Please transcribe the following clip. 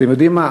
אתם יודעים מה?